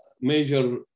major